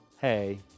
Hey